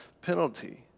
penalty